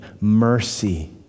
mercy